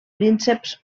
prínceps